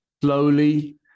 slowly